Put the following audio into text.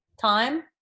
time